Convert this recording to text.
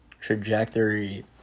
trajectory